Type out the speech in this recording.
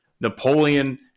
Napoleon